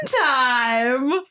time